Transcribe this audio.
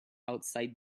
outside